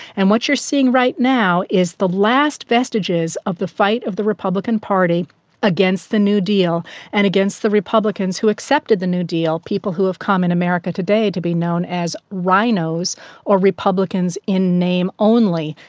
and what you're seeing right now is the last vestiges of the fight of the republican party against the new deal and against the republicans who accepted the new deal, people who have come in america today to be known as rinos or republicans republicans in name only,